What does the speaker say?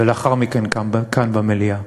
ולאחר מכן כאן במליאה.